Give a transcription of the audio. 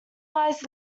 lies